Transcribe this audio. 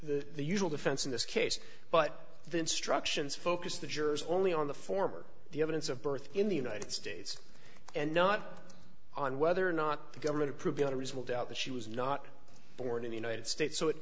the usual defense in this case but the instructions focus the jurors only on the form or the evidence of birth in the united states and not on whether or not the government approved a reasonable doubt that she was not born in the united states so it